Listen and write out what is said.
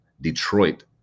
Detroit